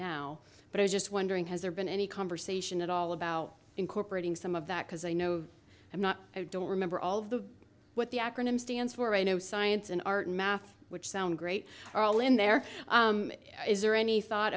now but i was just wondering has there been any conversation at all about incorporating some of that because i know i'm not i don't remember all of the what the acronym stands for i know science and art and math which sound great are all in there is there any thought